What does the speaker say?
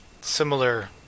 similar